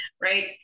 right